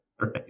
Right